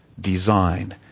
design